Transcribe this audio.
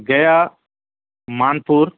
گیا مانپور